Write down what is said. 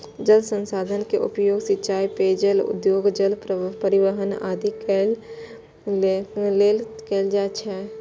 जल संसाधन के उपयोग सिंचाइ, पेयजल, उद्योग, जल परिवहन आदि लेल कैल जाइ छै